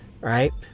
right